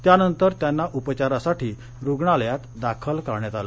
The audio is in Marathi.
त्यानंतर त्यांना उपचारासाठी रुग्णालयात दाखल करण्यात आलं